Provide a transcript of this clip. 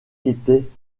était